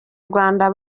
rwanda